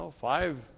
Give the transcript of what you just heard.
Five